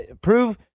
prove